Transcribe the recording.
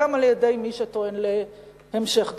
גם על-ידי מי שטוען להמשך דרכו.